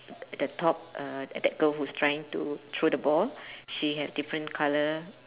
the top uh that girl who's trying to throw the ball she has different colour